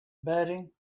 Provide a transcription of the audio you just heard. bedding